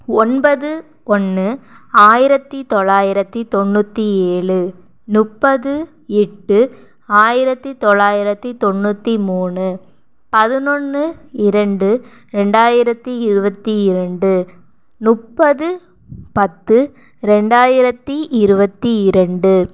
ஒன்பது ஒன்று ஆயிரத்தி தொள்ளாயிரத்தி தொண்ணூத்தி ஏழு முப்பது எட்டு ஆயிரத்தி தொள்ளாயிரத்தி தொண்ணூத்தி மூணு பதினொன்னு இரண்டு ரெண்டாயிரத்தி இருபத்தி இரண்டு முப்பது பத்து ரெண்டாயிரத்தி இருபத்தி இரண்டு